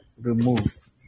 remove